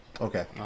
Okay